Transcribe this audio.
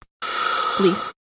please